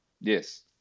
Yes